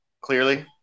clearly